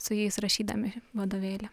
su jais rašydami vadovėlį